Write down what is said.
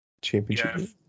Championship